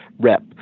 rep